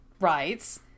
rights